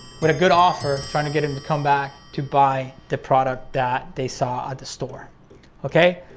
when a good offer trying to get him to come back to buy the product that they saw at the store okay?